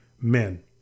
men